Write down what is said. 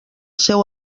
seu